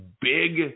big